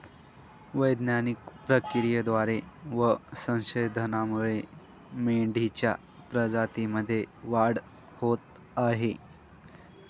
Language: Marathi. वैज्ञानिक प्रक्रियेद्वारे व संशोधनामुळे मेंढीच्या प्रजातीमध्ये वाढ होत आहे